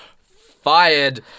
fired